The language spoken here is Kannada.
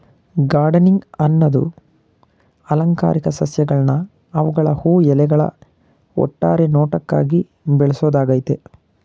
ಗಾರ್ಡನಿಂಗ್ ಅನ್ನದು ಅಲಂಕಾರಿಕ ಸಸ್ಯಗಳ್ನ ಅವ್ಗಳ ಹೂ ಎಲೆಗಳ ಒಟ್ಟಾರೆ ನೋಟಕ್ಕಾಗಿ ಬೆಳ್ಸೋದಾಗಯ್ತೆ